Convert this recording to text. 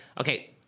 Okay